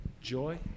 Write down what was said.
Joy